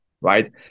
right